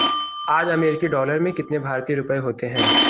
आज अमेरिकी डॉलर में कितने भारतीय रुपये होते हैं